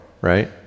right